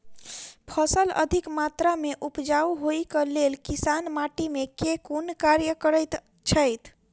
फसल अधिक मात्रा मे उपजाउ होइक लेल किसान माटि मे केँ कुन कार्य करैत छैथ?